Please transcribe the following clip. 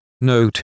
Note